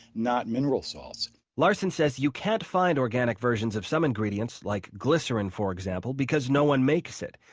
not mineral salts larson says you can't find organic versions of some ingredients like glycerin, for example because no one makes it.